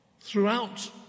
throughout